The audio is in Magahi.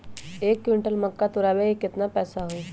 एक क्विंटल मक्का तुरावे के केतना पैसा होई?